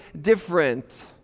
different